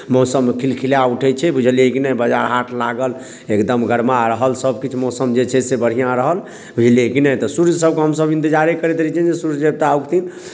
मौसम खिलखिला उठै छै बुझलियै की नहि बाजार हाट लागल एकदम गर्मा रहल सभकिछु मौसम जे छै से बढ़िआँ रहल बुझलियै की नहि तऽ सूर्य सभके हमसभ इंतजारे करैत रहै छियनि जे सूर्य देवता उगथिन